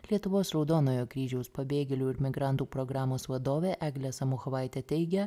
lietuvos raudonojo kryžiaus pabėgėlių ir migrantų programos vadovė eglė samuchovaitė teigė